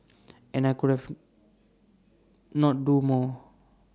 and I could have not do more